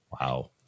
wow